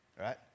right